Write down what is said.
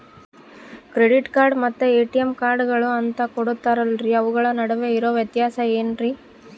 Credit card ಮತ್ತ ATM ಕಾರ್ಡುಗಳು ಅಂತಾ ಕೊಡುತ್ತಾರಲ್ರಿ ಅವುಗಳ ನಡುವೆ ಇರೋ ವ್ಯತ್ಯಾಸ ಏನ್ರಿ?